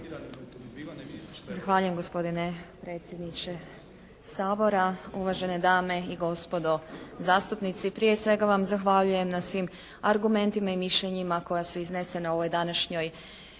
Zahvaljujem gospodine predsjedniče Sabora, uvažene dame i gospodo zastupnici. Prije svega vam zahvaljujem na svim argumentima i mišljenjima koja su iznesena u ovoj današnjoj